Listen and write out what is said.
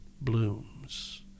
blooms